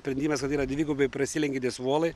sprendimas kad yra dvigubai prasilenkiantys volai